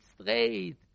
straight